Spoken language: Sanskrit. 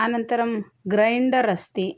अनन्तरं ग्रैण्डर् अस्ति